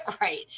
right